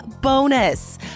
bonus